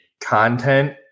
content